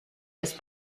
was